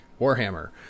Warhammer